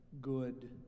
good